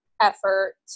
effort